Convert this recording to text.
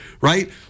right